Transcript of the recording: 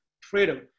freedom